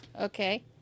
okay